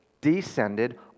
descended